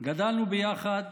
גדלנו ביחד